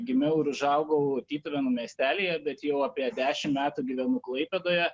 gimiau ir užaugau tytuvėnų miestelyje bet jau apie dešim metų gyvenu klaipėdoje